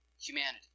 humanity